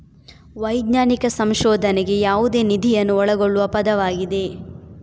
ವೈಜ್ಞಾನಿಕ ಸಂಶೋಧನೆಗೆ ಯಾವುದೇ ನಿಧಿಯನ್ನು ಒಳಗೊಳ್ಳುವ ಪದವಾಗಿದೆ